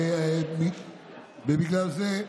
ובגלל זה,